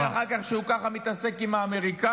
פלא אחר כך שהוא ככה מתעסק עם האמריקאים?